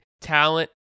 talent